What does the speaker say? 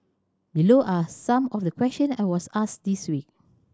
below are some of the question I was asked this week